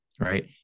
right